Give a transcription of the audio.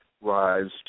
rise